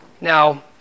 Now